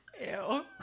Ew